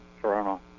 Toronto